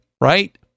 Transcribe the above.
right